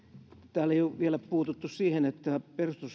täällä ei ole vielä puututtu siihen että